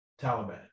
Taliban